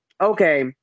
Okay